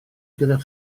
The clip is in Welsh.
gyda